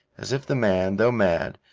as if the man, though mad,